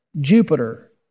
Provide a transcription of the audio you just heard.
Jupiter